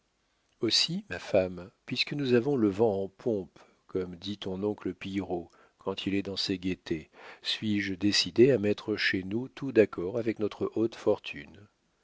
aussi ma femme puisque nous avons le vent en pompe comme dit ton oncle pillerault quand il est dans ses gaietés suis-je décidé à mettre chez nous tout d'accord avec notre haute fortune